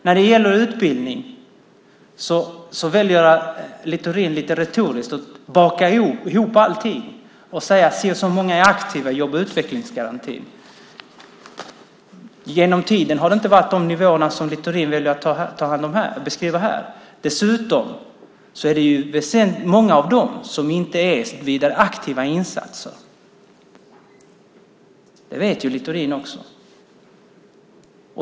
När det gäller utbildning väljer Littorin lite retoriskt att baka ihop allting och säga att si och så många är aktiva i utvecklingsgarantin. Genom tiden har det inte varit de nivåerna som Littorin har valt att beskriva här. Dessutom är det många av de personerna som inte är i vidare aktiva insatser. Det vet också Littorin.